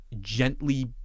gently